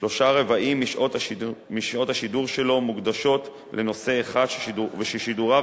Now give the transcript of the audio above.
שלושה-רבעים משעות השידור שלו מוקדשות לנושא אחד וששידוריו